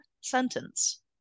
sentence